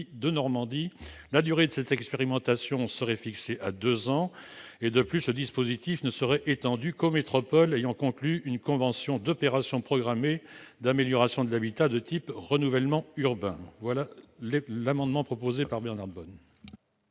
Denormandie ». La durée de cette expérimentation serait fixée à deux ans. Le dispositif ne serait étendu qu'aux métropoles ayant conclu une convention d'opération programmée d'amélioration de l'habitat de type renouvellement urbain. Quel est l'avis de la